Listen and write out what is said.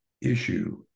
issue